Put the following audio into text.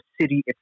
city